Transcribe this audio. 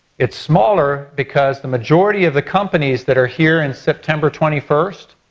it's smaller because the majority of the companies that are here in september twenty first,